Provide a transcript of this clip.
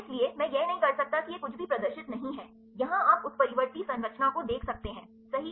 इसलिए मैं यह नहीं कर सकता कि यह कुछ भी प्रदर्शित नहीं है यहां आप उत्परिवर्ती संरचना को देख सकते हैं सही